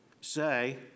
say